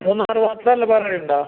മൂന്നാറ് മാത്രം അല്ലേ വേറെ ഉണ്ടോ